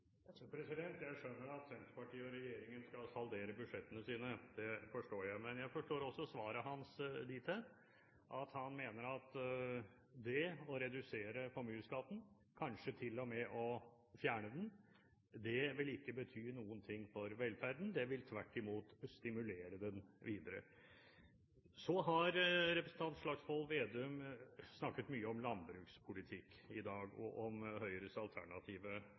Jeg skjønner at Senterpartiet og regjeringen skal saldere budsjettene sine, det forstår jeg. Men jeg forstår også svaret til Slagsvold Vedum dit hen at han mener at det å redusere formuesskatten, kanskje til og med å fjerne den, vil ikke bety noen ting for velferden, det vil tvert imot stimulere den videre. Så har representanten Slagsvold Vedum snakket mye om landbrukspolitikk i dag og om Høyres alternative